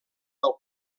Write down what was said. del